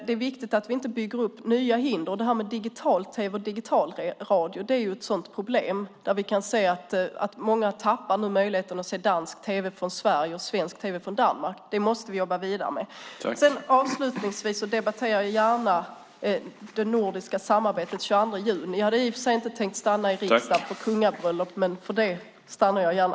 Det är viktigt att vi inte bygger upp nya hinder. Digital-tv och digitalradio är ett sådant problem, där vi kan se att många nu tappar möjligheten att se dansk tv från Sverige och svensk tv från Danmark. Vi måste jobba vidare med det. Avslutningsvis vill jag säga att jag gärna debatterar det nordiska samarbetet den 22 juni. Jag hade i och för sig inte tänkt stanna för kungabröllop, men för det stannar jag gärna.